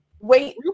wait